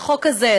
החוק הזה,